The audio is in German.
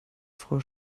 frau